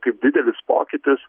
kaip didelis pokytis